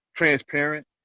transparent